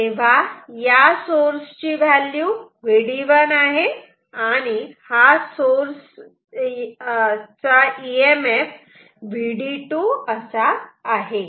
तेव्हा या सोर्स ची व्हॅल्यू Vd1 आहे आणि हा सोर्स चा इ एम एफ Vd2 असा आहे